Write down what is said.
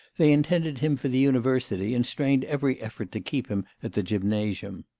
they intended him for the university, and strained every effort to keep him at the gymnasium.